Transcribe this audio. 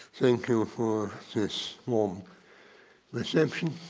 thank you for this warm reception.